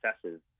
successes